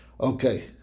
Okay